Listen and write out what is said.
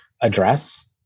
address